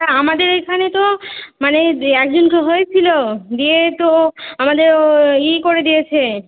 হ্যাঁ আমাদের এখানে তো মানে একজন তো হয়েছিলো দিয়ে তো আমাদের ও ই করে দিয়েছে